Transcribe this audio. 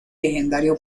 legendario